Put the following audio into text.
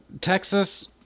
Texas